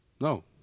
No